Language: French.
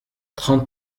trente